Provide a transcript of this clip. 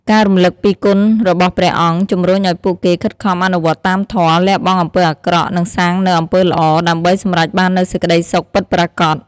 ការរំលឹកពីគុណរបស់ព្រះអង្គ ជំរុញឱ្យពួកគេខិតខំអនុវត្តតាមធម៌ លះបង់អំពើអាក្រក់ និងសាងនូវអំពើល្អ ដើម្បីសម្រេចបាននូវសេចក្ដីសុខពិតប្រាកដ។